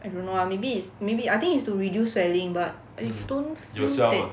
I don't know lah maybe it's maybe I think is to reduce swelling but if don't do that